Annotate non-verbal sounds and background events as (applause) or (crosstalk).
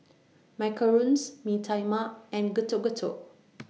(noise) Macarons Mee Tai Mak and Getuk Getuk